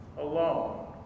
alone